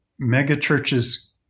megachurches